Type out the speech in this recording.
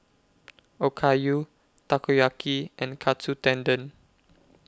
Okayu Takoyaki and Katsu Tendon